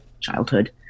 childhood